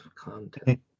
content